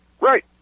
Right